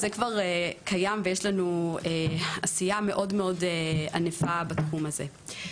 זה כבר קיים ויש לנו עשייה מאוד ענפה בתחום הזה.